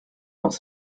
dans